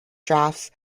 drafts